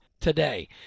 today